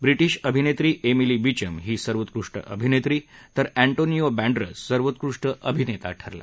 British अभिनेत्री Emily Beecham ही सर्वोत्कृष्ट अभिनेत्री तर अँटोनिओ बँडरस सर्वोत्कृष्ट अभिनेता ठरला